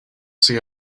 see